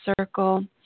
circle